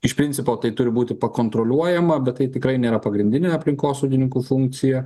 iš principo tai turi būti kontroliuojama bet tai tikrai nėra pagrindinė aplinkosaugininkų funkcija